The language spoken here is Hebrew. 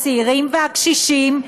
הצעירים והקשישים,